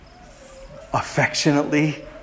affectionately